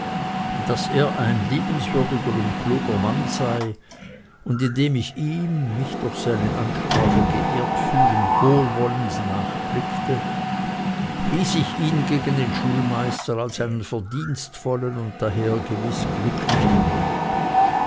daß er ein liebenswürdiger mann sei und indem ich ihm mich durch seine ansprache geehrt fühlend wohlwollend nachblickte pries ich ihn gegen den schulmeister als einen verdienstvollen und daher gewiß glücklichen mann